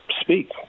speak